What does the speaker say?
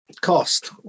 cost